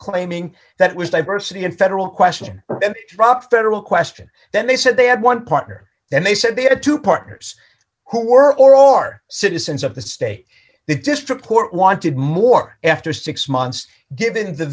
claiming that was diversity in federal question dropped federal question then they said they had one partner and they said they had two partners who are or are citizens of the state the district court wanted more after six months given the